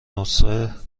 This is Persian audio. نسخه